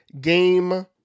game